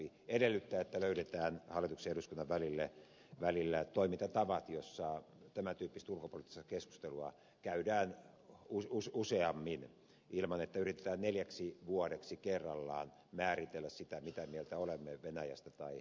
se edellyttää että löydetään hallituksen ja eduskunnan välillä toimintatavat joissa tämän tyyppistä ulkopoliittista keskustelua käydään useammin ilman että yritetään neljäksi vuodeksi kerrallaan määritellä mitä mieltä olemme venäjästä tai yhdysvalloista